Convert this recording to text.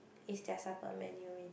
is their supper menu ready